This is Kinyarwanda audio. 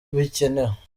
bikenewe